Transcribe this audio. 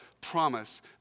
promise